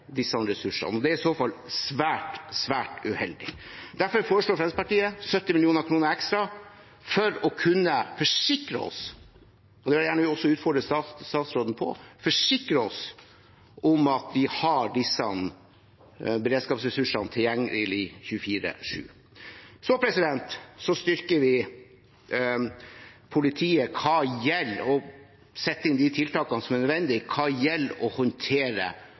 disse ressursene. Det er i så fall svært uheldig. Derfor foreslår Fremskrittspartiet 70 mill. kr ekstra for å kunne forsikre seg om at vi har disse beredskapsressursene tilgjengelig 24-7. Vi styrker også politiet når det gjelder å sette inn de tiltakene som er nødvendig for å håndtere